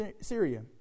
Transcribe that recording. Syria